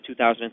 2003